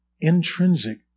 intrinsic